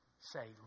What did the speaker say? say